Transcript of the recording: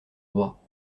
roi